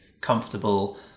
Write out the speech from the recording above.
comfortable